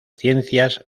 ciencias